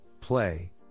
play